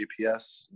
GPS